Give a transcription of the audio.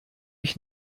ich